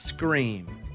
scream